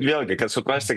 vėlgi kad suprasti